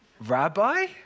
Rabbi